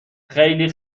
خیلی